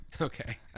Okay